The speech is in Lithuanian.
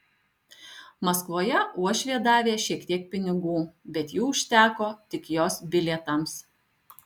maskvoje uošvė davė šiek tiek pinigų bet jų užteko tik jos bilietams